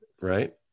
right